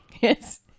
Yes